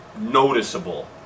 Noticeable